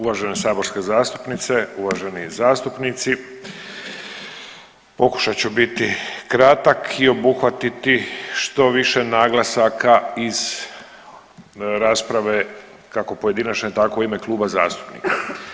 Uvažene saborske zastupnice, uvaženi zastupnici pokušat ću biti kratak i obuhvatiti što više naglasaka iz rasprave kao pojedinačne tako i ime kluba zastupnika.